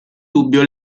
dubbio